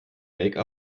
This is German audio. make